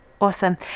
Awesome